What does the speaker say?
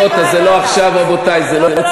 הסתייגויות, אז זה לא עכשיו, רבותי, זה לא אצלי.